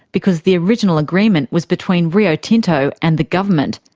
because the original agreement was between rio tinto and the government,